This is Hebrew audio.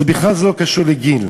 זה בכלל לא קשור לגיל.